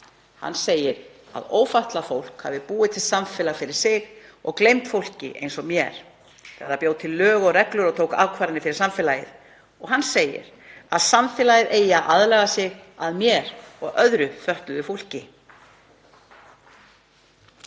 Hann segir að ófatlað fólk hafi búið til samfélag fyrir sig og gleymt fólki eins og mér þegar það bjó til lög og reglur og tók ákvarðanir fyrir samfélagið. Og hann segir að samfélagið eigi að aðlaga sig að mér og öðru fötluðu fólki.“